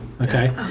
Okay